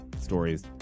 stories